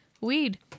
weed